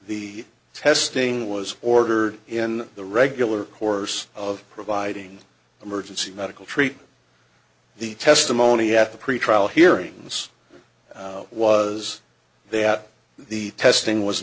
the testing was ordered in the regular course of providing emergency medical treatment the testimony at the pretrial hearings was that the testing was